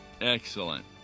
Excellent